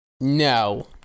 no